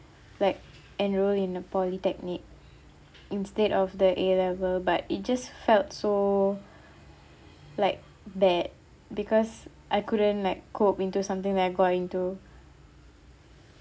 like enroll in a polytechnic instead of the A level but it just felt so like bad because I couldn't like cope into something that I got into